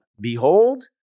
Behold